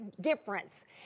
difference